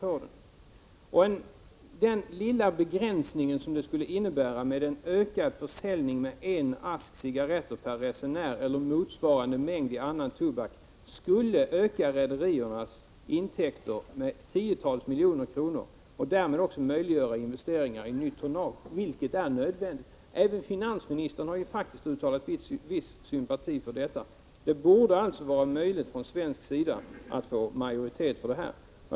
21 Den lilla förändring som det skulle innebära att få öka försäljningen med en ask cigarretter per resenär eller motsvarande mängd i andra tobaksvaror skulle öka rederiernas intäkter med tiotals miljoner kronor och därmed också möjliggöra investeringar i nytt tonnage, vilket är nödvändigt. Även finansministern har faktiskt uttalat viss sympati för detta. Det borde alltså vara möjligt att få majoritet på den svenska sidan för en sådan åtgärd.